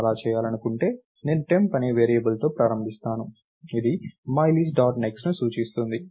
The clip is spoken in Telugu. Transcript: నేను అలా చేయాలనుకుంటే నేను టెంప్ అనే వేరియబుల్తో ప్రారంభిస్తాను ఇది మైలిస్ట్ డాట్ నెక్స్ట్ ను సూచిస్తుంది